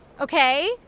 Okay